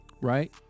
Right